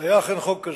אכן היה חוק כזה,